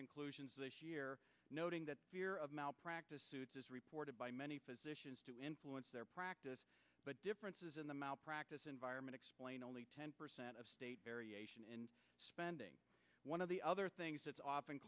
conclusions this year noting that fear of malpractise suits is reported by many physicians to influence their practice but differences in the mouth practice environment explain only ten percent of state variation in spending one of the other things that's often